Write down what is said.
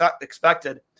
expected